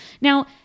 now